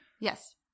Yes